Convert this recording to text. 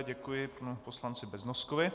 Děkuji panu poslanci Beznoskovi.